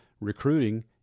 Recruiting